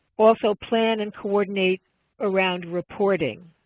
also plan and coordinate around reporting.